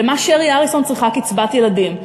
למה שרי אריסון צריכה קצבת ילדים?